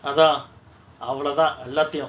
அதா அவளோதா எல்லாத்தயு:atha avalotha ellathayu